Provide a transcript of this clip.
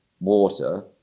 water